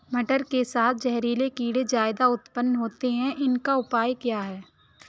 मटर के साथ जहरीले कीड़े ज्यादा उत्पन्न होते हैं इनका उपाय क्या है?